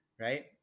right